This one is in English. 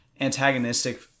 antagonistic